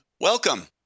welcome